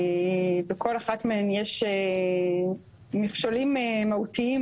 בכל אחת מהן יש מכשולים מהותיים,